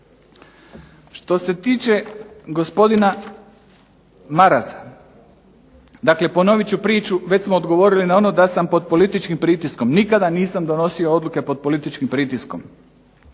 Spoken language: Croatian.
Što se tiče gospodina Marasa, dakle ponovit ću priču već smo odgovorili na ono da sam pod političkim pritiskom. Nikada nisam donosio odluke pod političkim pritiskom.